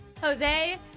Jose